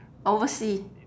oversea